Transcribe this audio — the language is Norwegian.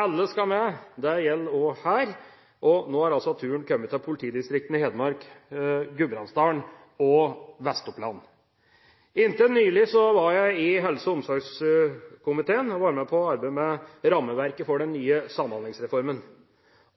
Alle skal med, det gjelder også her, og nå er turen kommet til politidistriktene i Hedmark, Gudbrandsdalen og Vestoppland. Inntil nylig var jeg i helse- og omsorgskomiteen, og var med på arbeidet med rammeverket for den nye Samhandlingsreformen.